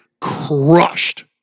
crushed